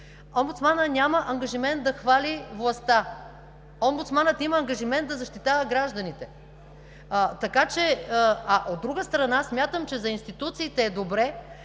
Омбудсманът няма ангажимент да хвали властта. Омбудсманът има ангажимент да защитава гражданите! От друга страна, смятам, че за институциите е добре,